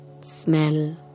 Smell